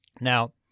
Now